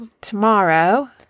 Tomorrow